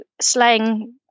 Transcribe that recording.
slang